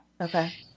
Okay